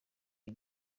iyi